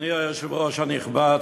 אדוני היושב-ראש הנכבד,